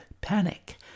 panic